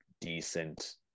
decent